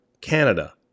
Canada